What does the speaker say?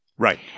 Right